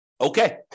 Okay